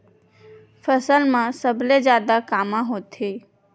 फसल मा सबले जादा कामा होथे?